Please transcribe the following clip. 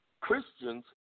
Christians